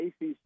ACC